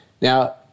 Now